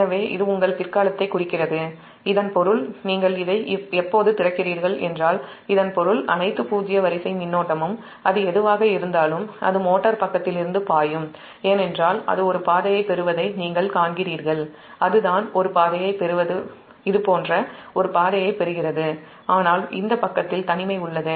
எனவே இது உங்கள் பிற்காலத்தை குறிக்கிறது இதன் பொருள் நீங்கள் இதை எப்போது தீர்க்கிறீர்கள் என்றால் பூஜ்ஜிய வரிசை மின்னோட்டமும் அது எதுவாக இருந்தாலும் அது மோட்டார் பக்கத்திலிருந்து பாயும் ஏனென்றால் அது ஒரு பாதையைப் பெறுவதை நீங்கள் காண்கிறீர்கள் அதுதான் ஒரு பாதையைப் பெறுவது இது போன்ற ஒரு பாதையைப் பெறுகிறது ஆனால் இந்த பக்கத்தில் தனிமை உள்ளது